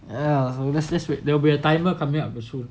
ya so let's let's wait there will be a timer coming up soon